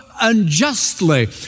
unjustly